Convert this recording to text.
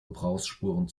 gebrauchsspuren